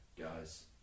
guys